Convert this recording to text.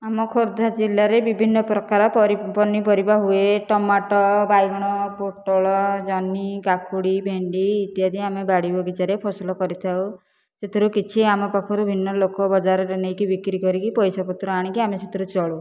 ଆମ ଖୋର୍ଦ୍ଧା ଜିଲ୍ଲାରେ ବିଭିନ୍ନ ପ୍ରକାର ପରିବା ପନିପରିବା ହୁଏ ଟମାଟୋ ବାଇଗଣ ପୋଟଳ ଜହ୍ନି କାକୁଡ଼ି ଭେଣ୍ଡି ଇତ୍ୟାଦି ଆମ ବଡ଼ ବଗିଚାରେ ଫସଲ ଆମେ କରିଥାଉ ସେଥିରୁ କିଛି ଲୋକ ଆମ ପାଖରୁ ବିଭିନ୍ନ ବଜାରରେ ନେଇକି ବିକ୍ରି କରିକି ପଇସା ପତ୍ର ଆଣିକି ଆମେ ସେଥିରେ ଚଳୁ